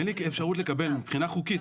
פשוט את